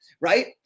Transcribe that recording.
right